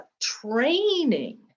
training